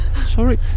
sorry